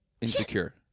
insecure